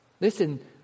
Listen